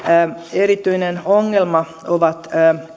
erityinen ongelma ovat